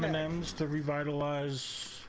um and and to revitalize